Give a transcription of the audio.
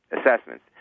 assessments